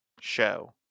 show